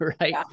right